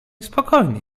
spokojnie